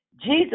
Jesus